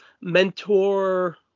mentor